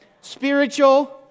spiritual